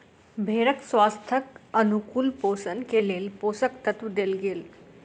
भेड़क स्वास्थ्यक अनुकूल पोषण के लेल पोषक तत्व देल गेल